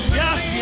yes